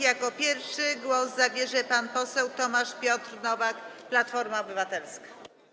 Jako pierwszy głos zabierze pan poseł Tomasz Piotr Nowak, Platforma Obywatelska.